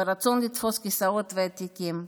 ברצון לתפוס כיסאות ותיקים,